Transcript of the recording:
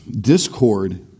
discord